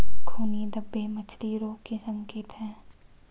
खूनी धब्बे मछली रोग के संकेत हैं